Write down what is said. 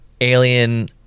alien